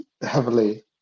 heavily